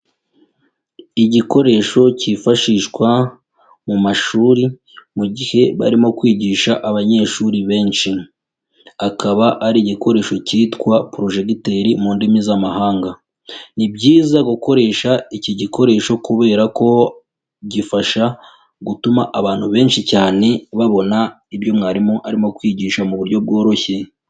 Igikoresho kifashishwa mu mashuri mu gihe barimo kwigisha abanyeshuri benshi, akaba ari igikoresho kitwa porojegiteri mu ndimi z'amahanga, ni byiza gukoresha iki gikoresho kubera ko gifasha gutuma abantu benshi cyane babona ibyo mwarimu arimo kwigisha mu buryo bworoshye.